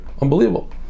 unbelievable